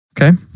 Okay